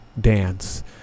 dance